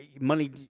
money